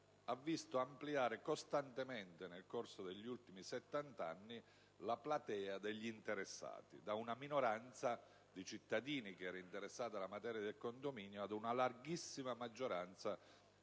ha visto ampliare costantemente nel corso degli ultimi settant'anni la platea degli interessati (da una minoranza di cittadini interessata alla materia del condominio si è passati ad una larghissima maggioranza